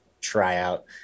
tryout